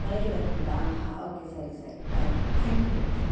ಮನೆಗೆ ಬರ್ತೀರಾ ಹಾ ಓಕೆ ಸರಿ ಸರಿ ಆಯಿತು ಥ್ಯಾಂಕ್ ಯು ಆಯಿತಾ ಸರ್